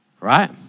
right